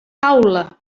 taula